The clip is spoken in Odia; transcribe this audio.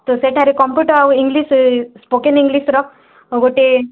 ତ ସେଇଟା କମ୍ପ୍ୟୁଟର ଆଉ ଇଂଗ୍ଲିଶ ସ୍ପୋକନ୍ ଇଂଗ୍ଲିଶର ଗୋଟିଏ